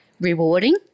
rewarding